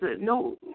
no